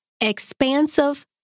expansive